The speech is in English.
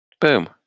Boom